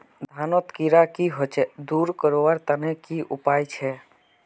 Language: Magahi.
धानोत कीड़ा की होचे दूर करवार तने की उपाय छे?